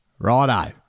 Righto